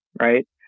right